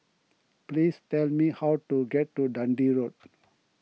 please tell me how to get to Dundee Road